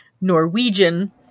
Norwegian